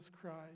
Christ